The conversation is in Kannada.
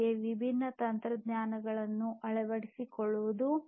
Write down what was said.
ಹೀಗೆ ವಿಭಿನ್ನ ತಂತ್ರಜ್ಞಾನಗಳನ್ನು ಅಳವಡಿಸಿಕೊಳ್ಳುವುದು